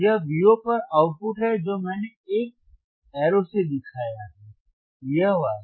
यह Vo पर output है जो मैंने एक एरो से दिखाया है यह वाला